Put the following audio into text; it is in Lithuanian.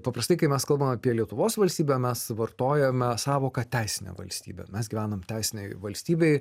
paprastai kai mes kalbam apie lietuvos valstybę mes vartojame sąvoką teisinė valstybė mes gyvenam teisinėj valstybėj